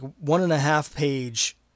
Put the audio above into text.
one-and-a-half-page